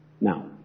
Now